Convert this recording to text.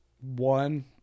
One